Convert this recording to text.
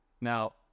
Now